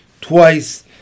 twice